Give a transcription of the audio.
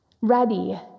ready